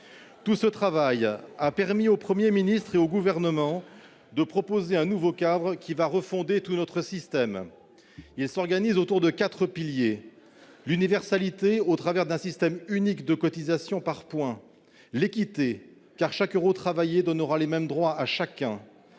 Tout ce travail a permis au Premier ministre et au Gouvernement de proposer un nouveau cadre qui va refonder tout notre système. Il s'organise autour de quatre piliers : l'universalité au travers d'un système unique de cotisation par points ; l'équité, car chaque euro travaillé donnera les mêmes droits à chacun